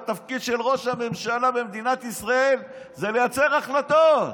התפקיד של ראש הממשלה במדינת ישראל הוא לייצר החלטות,